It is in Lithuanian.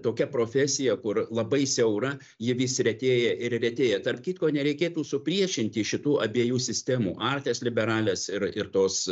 tokia profesija kur labai siaura ji vis retėja ir retėja tarp kitko nereikėtų supriešinti šitų abiejų sistemų artes liberales ir ir tos